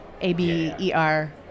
A-B-E-R